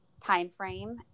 timeframe